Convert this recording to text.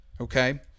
Okay